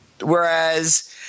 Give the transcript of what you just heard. Whereas –